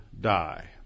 die